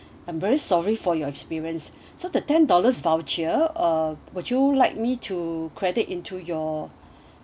I'm very sorry for your experience so the ten dollars voucher uh would you like me to credit into your